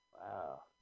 Wow